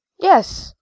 yes,